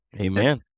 Amen